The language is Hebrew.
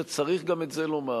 וצריך גם את זה לומר,